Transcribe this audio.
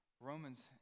Romans